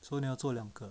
so 你要做两个